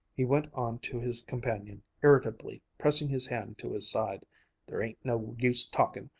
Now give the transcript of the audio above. he went on to his companion, irritably, pressing his hand to his side there ain't no use talkin',